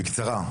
בקצרה,